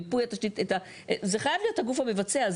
מיפוי התשתית, זה חייב להיות הגוף המבצע.